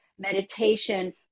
meditation